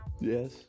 Yes